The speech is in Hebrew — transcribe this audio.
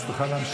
אז תוכל להמשיך.